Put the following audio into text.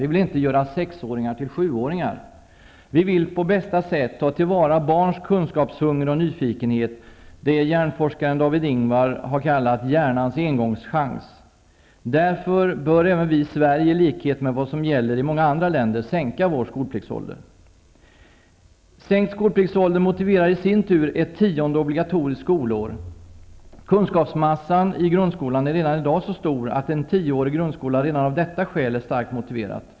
Vi vill inte göra sexåringar till sjuåringar -- vi vill på bästa sätt ta tillvara barns kunskapshunger och nyfikenhet, det hjärnforskaren David Ingvar kallat ''hjärnans engångschans''. Därför bör även vi i Sverige, i likhet med vad som gäller i många andra länder, sänka vår skolpliktsålder. Sänkt skolpliktsålder motiverar i sin tur ett tionde obligatoriskt skolår. Kunskapsmassan i grundskolan är i dag så stor att en tioårig grundskola redan av detta skäl är starkt motiverad.